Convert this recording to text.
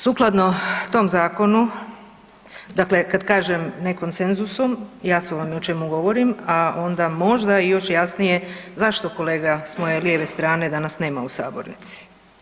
Sukladno tom zakonu, dakle kad kažem ne konsenzusom jasno vam je o čemu govorim, a onda možda i još jasnije zašto kolega s moje lijeve strane danas nema u sabornici.